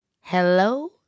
Hello